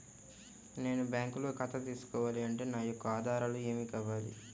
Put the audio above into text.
నేను బ్యాంకులో ఖాతా తీసుకోవాలి అంటే నా యొక్క ఆధారాలు ఏమి కావాలి?